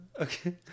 Okay